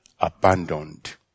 abandoned